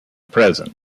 present